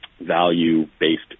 value-based